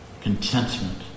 contentment